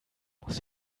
muss